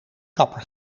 kapper